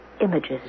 images